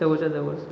जवळच्या जवळ